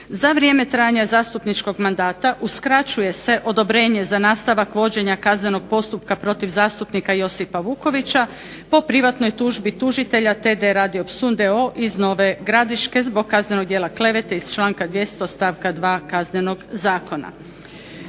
"Za vrijeme trajanja zastupničkog mandata uskraćuje se odobrenje za nastavak vođenja kaznenog postupka protiv zastupnika Josipa Vukovića po privatnoj tužbi tužitelja TD Radio Psunj d.o. iz Nove Gradiške zbog kaznenog djela klevete iz članka 200.stavka 2. Kaznenog zakona."